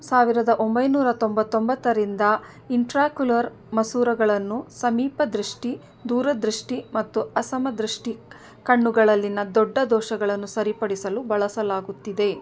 ಸಾವಿರದ ಒಂಬೈನೂರ ತೊಂಬತ್ತೊಂಬತ್ತರಿಂದ ಇಂಟ್ರಾಕ್ಯುಲರ್ ಮಸೂರಗಳನ್ನು ಸಮೀಪ ದೃಷ್ಟಿ ದೂರ ದೃಷ್ಟಿ ಮತ್ತು ಅಸಮ ದೃಷ್ಟಿ ಕಣ್ಣುಗಳಲ್ಲಿನ ದೊಡ್ಡ ದೋಷಗಳನ್ನು ಸರಿಪಡಿಸಲು ಬಳಸಲಾಗುತ್ತಿದೆ